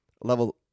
level